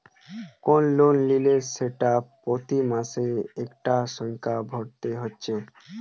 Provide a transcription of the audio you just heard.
কোন লোন নিলে সেটা প্রতি মাসে একটা সংখ্যা ভরতে হতিছে